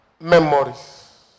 memories